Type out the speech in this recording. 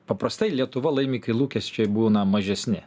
paprastai lietuva laimi kai lūkesčiai būna mažesni